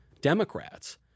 Democrats